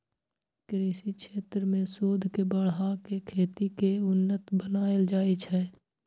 कृषि क्षेत्र मे शोध के बढ़ा कें खेती कें उन्नत बनाएल जाइ छै